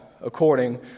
according